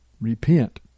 Repent